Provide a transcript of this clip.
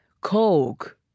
Coke